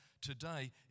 today